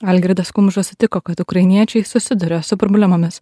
algirdas kumža sutiko kad ukrainiečiai susiduria su problemomis